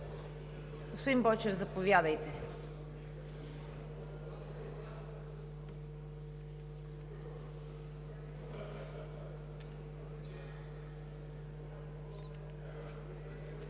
господин Бойчев, заповядайте.